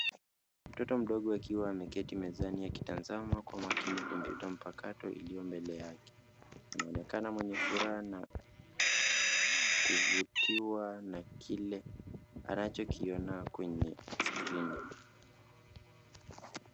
Mtoto mdogo akiwa ameketi mezani akitazama kwa makini kompyuta mpakato iliyo mbele yake. Anaonekana mwenye furaha na kuvutiwa na kile anachokiona kwenye skrini.